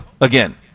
again